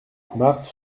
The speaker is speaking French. marthe